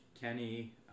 Kenny